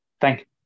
Thank